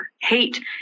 hate